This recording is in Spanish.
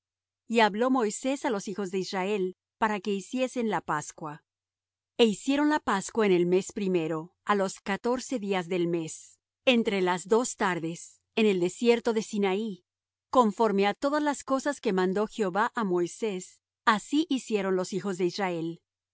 y habló moisés á los hijos de israel para que hiciesen la pascua e hicieron la pascua en el mes primero á los catorce días del mes entre las dos tardes en el desierto de sinaí conforme á todas las cosas que mandó jehová á moisés así hicieron los hijos de israel